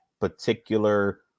particular